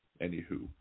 anywho